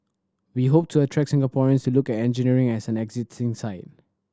we hope to attract Singaporeans to look at engineering as an exciting site